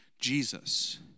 Jesus